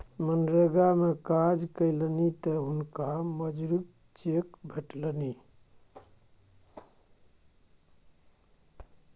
मनरेगा मे काज केलनि तँ हुनका मजूरीक चेक भेटलनि